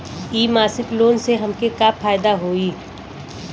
इ मासिक लोन से हमके का फायदा होई?